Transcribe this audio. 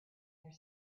their